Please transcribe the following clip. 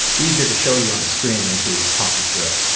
easier to show you on the screen than to talk you through it.